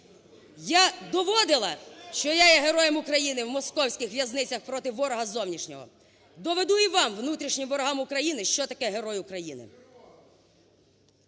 Я доводила, що я є героєм України в московських в'язницях проти ворога зовнішнього, доведу і вам, внутрішнім ворогам України, що таке герой України.